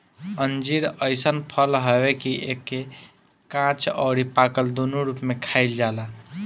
अंजीर अइसन फल हवे कि एके काच अउरी पाकल दूनो रूप में खाइल जाला